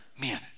man